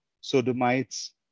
sodomites